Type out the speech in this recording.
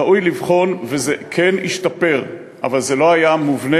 ראוי לבחון, וזה כן השתפר, אבל זה לא היה מובנה,